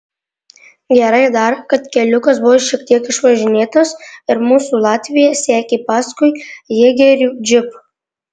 gerai dar kad keliukas buvo šiek tiek išvažinėtas ir mūsų latvija sekė paskui jėgerių džipą